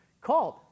called